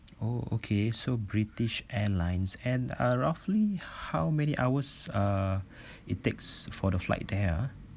oh okay so british airlines and uh roughly how many hours uh it takes for the flight there ah